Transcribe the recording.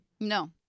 No